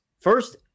First